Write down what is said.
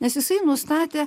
nes jisai nustatė